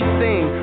sing